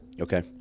Okay